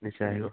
নিশ্চয় আহিব